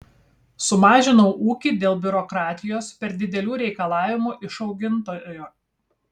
sumažinau ūkį dėl biurokratijos per didelių reikalavimų iš augintojo